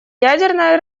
ядерное